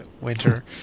winter